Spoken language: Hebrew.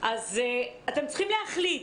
אז אתם צריכים להחליט,